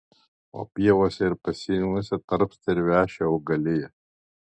o pievose ir pasieniuose tarpsta ir veši augalija